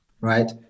right